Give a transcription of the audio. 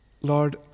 Lord